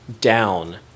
down